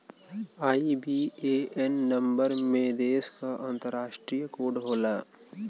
IBAN number में देश क अंतरराष्ट्रीय कोड होला